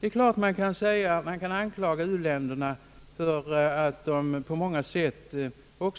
Det är klart att man också kan kritisera u-länderna för att de på många sätt